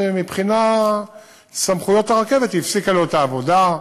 שמבחינת סמכויות הרכבת הפסיקה לו את העבודה,